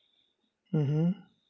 mmhmm